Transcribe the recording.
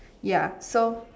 ya so